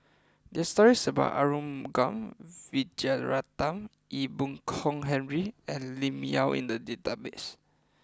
there are stories about Arumugam Vijiaratnam Ee Boon Kong Henry and Lim Yau in the database